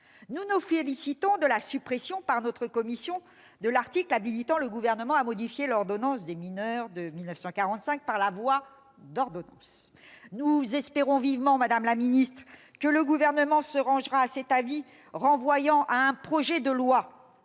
nous nous félicitons de la suppression par notre commission de l'article habilitant le Gouvernement à modifier l'ordonnance des mineurs de 1945 par voie d'ordonnance. Madame la garde des sceaux, nous espérons vivement que le Gouvernement se rangera à cet avis, renvoyant à un projet de loi